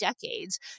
decades